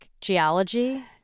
geology